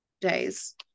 days